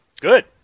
Good